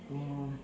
oh